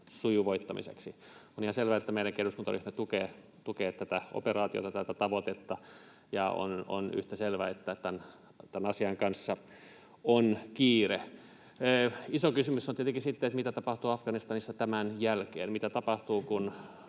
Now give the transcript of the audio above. sujuvoittamiseksi. On ihan selvää, että meidänkin eduskuntaryhmämme tukee tätä operaatiota, tätä tavoitetta, ja on yhtä selvää, että tämän asian kanssa on kiire. Iso kysymys on tietenkin sitten se, mitä tapahtuu Afganistanissa tämän jälkeen, mitä tapahtuu, kun